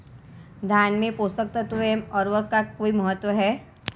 धान में पोषक तत्वों व उर्वरक का कोई महत्व है?